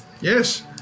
Yes